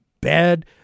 bad